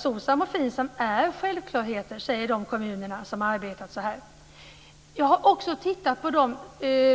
SOCSAM och FINSAM är självklarheter, säger de kommuner som har arbetat på detta sätt. Jag har också tittat på de